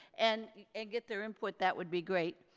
and and get their input that would be great.